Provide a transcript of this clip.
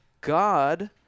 God